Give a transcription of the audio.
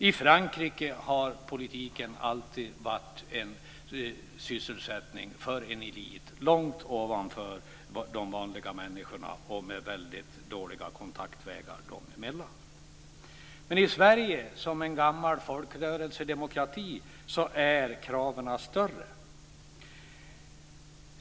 I Frankrike har politiken alltid varit en sysselsättning för en elit långt ovanför de vanliga människorna och med väldigt dåliga kontaktvägar dem emellan. Men i Sverige, som en gammal folkrörelsedemokrati, är kraven större.